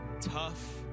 tough